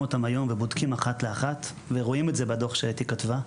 אותם היום ובודקים אחת לאחת ורואים את זה בדוח שאתי כתבה,